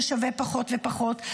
ששווה פחות ופחות,